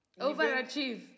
overachieve